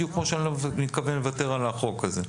בדיוק כמו שאני לא מתכוון לוותר על החוק הזה.